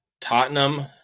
Tottenham